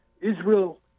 Israel